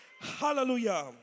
Hallelujah